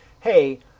Hey